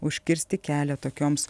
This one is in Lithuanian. užkirsti kelią tokioms